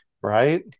Right